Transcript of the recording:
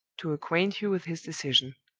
to acquaint you with his decision.